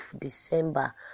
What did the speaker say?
December